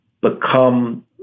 become